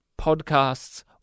podcasts